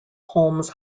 holmes